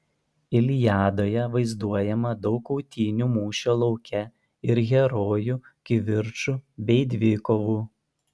iliadoje vaizduojama daug kautynių mūšio lauke ir herojų kivirčų bei dvikovų